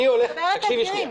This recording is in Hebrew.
אני מדברת על בגירים.